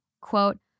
quote